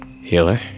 Healer